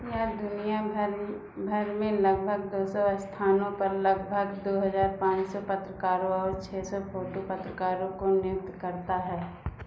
यह दुनिया भर भर में लगभग दो सौ अस्थानों पर लगभग दो हज़ार पाँच सौ पत्रकारों और छह सौ फ़ोटो पत्रकारों को नियुक्त करता है